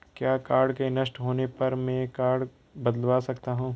क्या कार्ड के नष्ट होने पर में कार्ड बदलवा सकती हूँ?